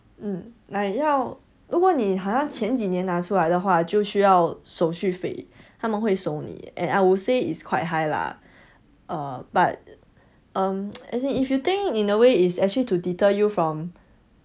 mm like 要如果你好像前几年拿出来的话就需要手续费他们会收你 and I would say it's quite high lah err but um as in if you think in a way it's actually to deter you from